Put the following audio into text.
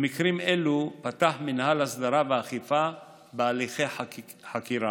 במקרים אלו פתח מינהל הסדרה ואכיפה בהליכי חקירה.